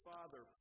Father